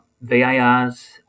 VARs